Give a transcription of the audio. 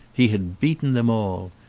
he had beaten them all.